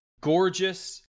gorgeous